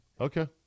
Okay